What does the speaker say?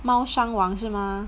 猫山王是吗